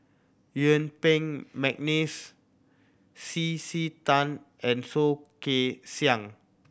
Yuen Peng McNeice C C Tan and Soh Kay Siang